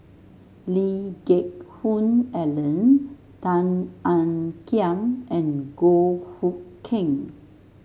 Lee Geck Hoon Ellen Tan Ean Kiam and Goh Hood Keng